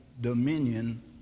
dominion